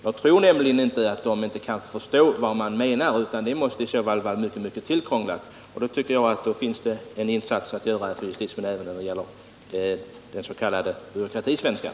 Jag tror nämligen inte att man där inte är kapabel att förstå föreskrifternas innebörd — dessa måste i så fall vara mycket tillkrånglade. Under sådana förhållanden har justitieministern att göra en insats även när det gäller att förbättra den s.k. byråkratisvenskan.